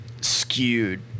skewed